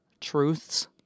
truth's